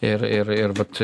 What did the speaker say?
ir ir ir vat